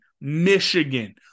Michigan